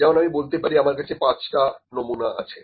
যেমন আমি বলতে পারি আমার কাছে পাঁচটা নমুনা আছে